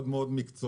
מאוד מאוד מקצועי,